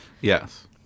Yes